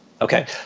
Okay